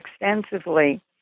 extensively